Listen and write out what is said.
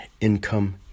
income